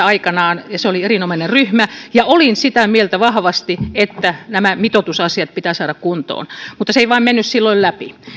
aikanaan se oli erinomainen ryhmä ja olin sitä mieltä vahvasti että nämä mitoitusasiat pitää saada kuntoon mutta se ei vain mennyt silloin läpi